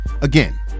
Again